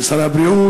של שר הבריאות,